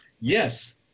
Yes